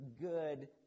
good